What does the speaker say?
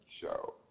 Show